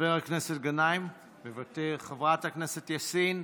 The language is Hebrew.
חבר הכנסת גנאים, מוותר, חברת הכנסת יאסין,